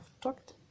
talked